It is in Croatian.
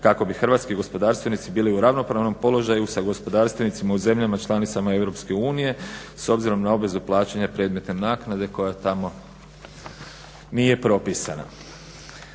kako bi hrvatski gospodarstvenici bili u ravnopravnom položaju sa gospodarstvenicima u zemljama članicama EU, s obzirom na obvezu plaćanja predmetne naknade koja tamo nije propisana.